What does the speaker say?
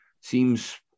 seems